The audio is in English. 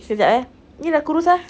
kejap ya ini dah kurus ah